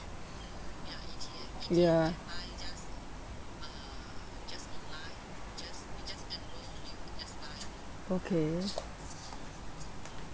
ya okay